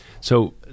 So-